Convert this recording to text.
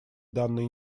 данной